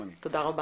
תודה רבה.